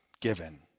given